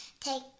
take